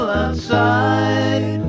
outside